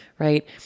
Right